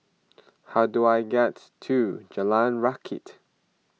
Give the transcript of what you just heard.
how do I get to Jalan Rakit